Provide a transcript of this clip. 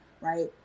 right